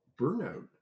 burnout